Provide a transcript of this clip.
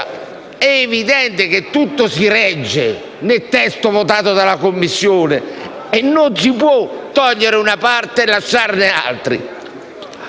è evidente che tutto si regge nel testo votato dalla Commissione e non si può togliere una parte e lasciarne altre.